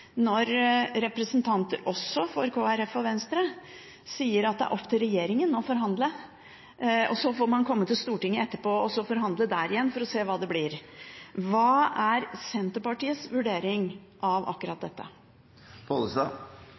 når også representanter fra Kristelig Folkeparti og Venstre sier at det er opp til regjeringen å forhandle, og så får man komme til Stortinget etterpå og forhandle der igjen for å se hva det blir til. Hva er Senterpartiets vurdering av akkurat